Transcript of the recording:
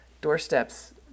doorsteps